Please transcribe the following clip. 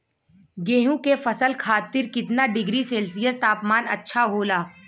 गेहूँ के फसल खातीर कितना डिग्री सेल्सीयस तापमान अच्छा होला?